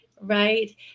Right